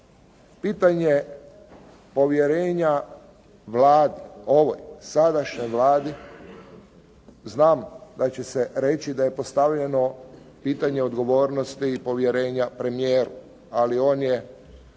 Pitanje povjerenja Vladi, ovoj sadašnjoj Vladi, znam da će se reći da je postavljeno pitanje odgovornosti i povjerenja premijeru, ali on je